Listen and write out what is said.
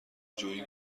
جویی